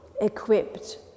equipped